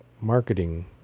marketing